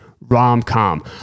rom-com